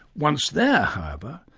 once there however,